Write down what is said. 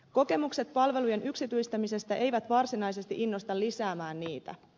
kokemukset palvelujen yksityistämisestä eivät varsinaisesti innosta lisäämään niitä